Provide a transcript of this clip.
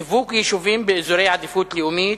סיווג יישובים באזורי עדיפות לאומית,